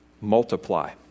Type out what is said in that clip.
Multiply